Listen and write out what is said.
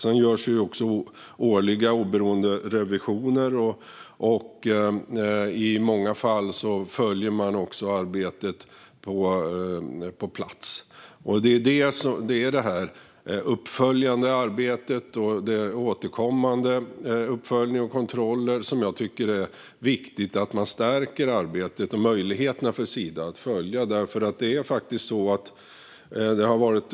Sedan görs också årliga oberoende revisioner. I många fall följer man också arbetet på plats. När det gäller det uppföljande arbetet och de återkommande uppföljningarna och kontrollerna tycker jag att det är viktigt att man stärker arbetet och Sidas möjligheter.